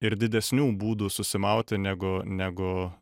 ir didesnių būdų susimauti negu negu